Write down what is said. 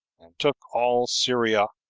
and took all syria,